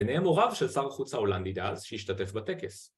‫ביניהם הוריו של שר החוץ ההולנדי ד‫אז שהשתתף בטקס.